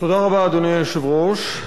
אדוני היושב-ראש,